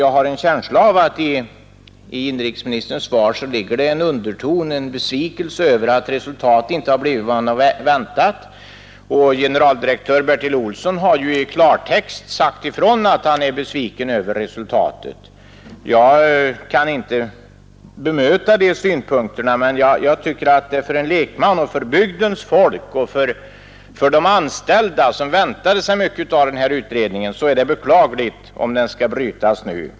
Jag har dock en känsla av att det i inrikesministerns svar finns en underton av besvikelse över att resultatet inte har blivit vad han väntat. Generaldirektör Bertil Olsson har ju i klartext sagt ifrån att han är besviken över resultatet. De synpunkterna kan jag inte bemöta, men jag tycker att det för en lekman, för bygdens folk och för de anställda, som väntar sig mycket av den här utredningen, är beklagligt om den skall avbrytas nu.